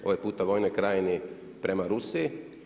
Ovaj puta Vojnog krajini prema Rusiji.